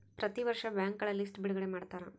ಪ್ರತಿ ವರ್ಷ ಬ್ಯಾಂಕ್ಗಳ ಲಿಸ್ಟ್ ಬಿಡುಗಡೆ ಮಾಡ್ತಾರ